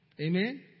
Amen